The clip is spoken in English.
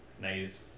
Nice